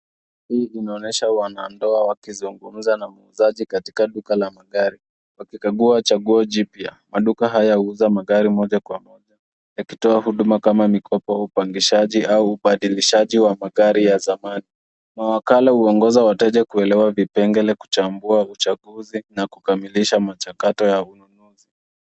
Hii inaonyesha wanandoa wakizungumza na muuzaji katika duka la magari wakikagua chaguo jipya. Maduka haya huuza magari moja kwa moja, yakitoa huduma kama mikopo au upangishaji au ubadilishaji wa magari ya zamani. Mawakala huwaongoza wateja kuelewa vipengele, kuchambua uchaguzi na kukamilisha mchakato ya ununuzi.